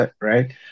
right